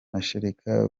mashereka